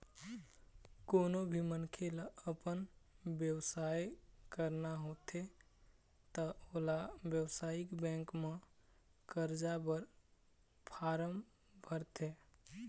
कोनो भी मनखे ल अपन बेवसाय करना होथे त ओला बेवसायिक बेंक म करजा बर फारम भरथे